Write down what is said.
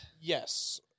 Yes